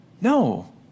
No